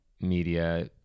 media